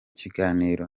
kiganiro